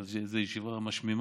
חשבתי שתהיה איזו ישיבה משמימה,